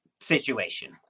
situation